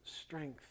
strength